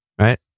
Right